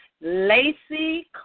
Lacey